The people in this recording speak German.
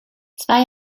zwei